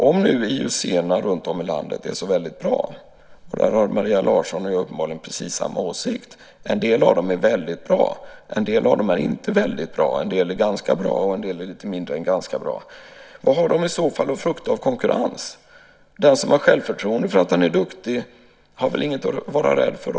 Om nu IUC-bolagen runtom i landet är så väldigt bra - där har Maria Larsson och jag uppenbarligen precis samma åsikt, nämligen att en del av dem är väldigt bra, en del av dem är inte väldigt bra, en del är ganska bra, och en del är lite mindre bra än ganska bra - vad har de i så fall att frukta av konkurrens? Den som har självförtroende för att han är duktig har väl inget att vara rädd för?